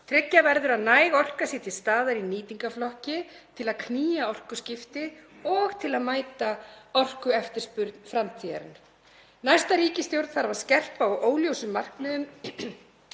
Tryggja verður að næg orka sé til staðar í nýtingarflokki til að knýja orkuskipti og til að mæta orkueftirspurn framtíðarinnar. Næsta ríkisstjórn þarf að skerpa á óljósum markmiðum